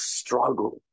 struggle